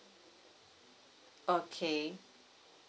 okay